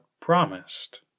promised